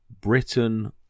Britain